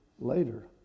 later